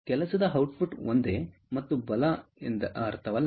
ಕೆಲಸದ ಔಟ್ಪುಟ್ ಒಂದೇ ಮತ್ತು ಬಲ ಎಂದು ಅರ್ಥವಲ್ಲ